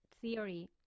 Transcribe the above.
theory